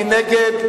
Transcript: מי נגד?